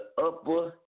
upper